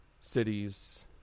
cities